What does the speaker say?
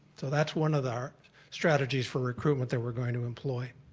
so that's one of our strategies for recruitment that we're going to employ.